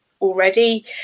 already